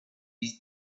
his